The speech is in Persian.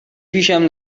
پیشم